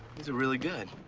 these are really good.